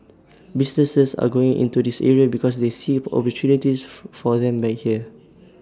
businesses are going into this area because they see opportunities for them here